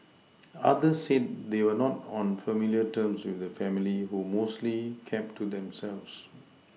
others said they were not on familiar terms with the family who mostly kept to themselves